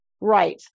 Right